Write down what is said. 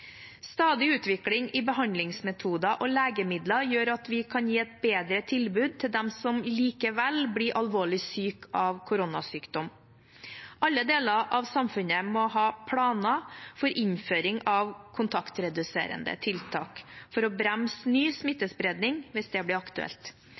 Stadig utvikling i behandlingsmetoder og legemidler gjør at vi kan gi et bedre tilbud til dem som likevel blir alvorlig syke av koronasykdom. Alle deler av samfunnet må ha planer for innføring av kontaktreduserende tiltak for å bremse ny